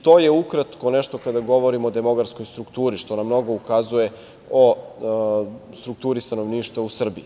To je ukratko nešto, kada govorimo o demografskoj strukturi, što nam mnogo ukazuje o strukturi stanovništva u Srbiji.